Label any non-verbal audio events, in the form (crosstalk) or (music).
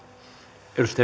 arvoisa (unintelligible)